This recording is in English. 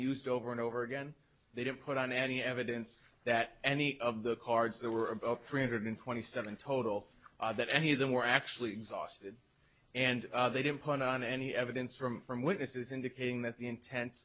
used over and over again they didn't put on any evidence that any of the cards that were three hundred twenty seven total that any of them were actually exhausted and they didn't put on any evidence from from witnesses indicating that the intent